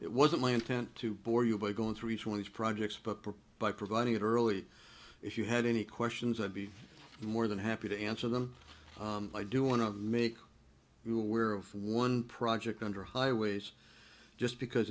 it wasn't my intent to bore you by going through each one of these projects but by providing it early if you had any questions i'd be more than happy to answer them i do want to make you aware of one project under highways just because